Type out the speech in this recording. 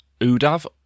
Udav